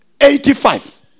Eighty-five